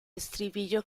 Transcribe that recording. estribillo